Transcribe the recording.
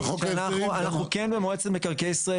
אנחנו כן במועצת מקרקעי ישראל,